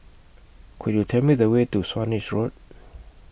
Could YOU Tell Me The Way to Swanage Road